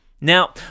Now